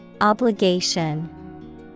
Obligation